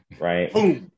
right